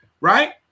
right